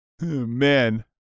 Man